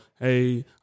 Hey